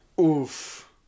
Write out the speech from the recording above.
Oof